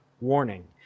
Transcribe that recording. warning